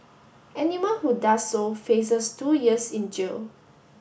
animal who does so faces two years in jail